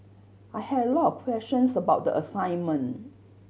I had a lot questions about the assignment